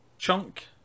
chunk